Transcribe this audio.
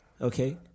okay